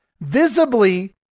visibly